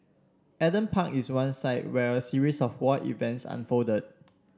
Adam Park is one site where a series of war events unfolded